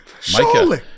Surely